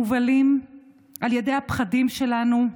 מובלים על ידי הפחדים שלנו,